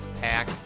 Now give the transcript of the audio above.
Pack